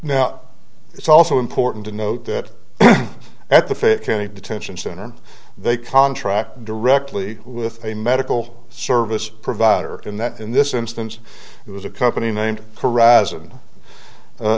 now it's also important to note that at the fayette county detention center they contract directly with a medical service provider and that in this instance it was a company named khor